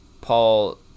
Paul